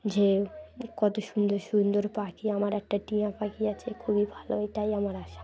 যে কত সুন্দর সুন্দর পাখি আমার একটা টিয়া পাখি আছে খুবই ভালো এটাই আমার আশা